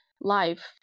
life